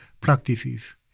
practices